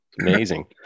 Amazing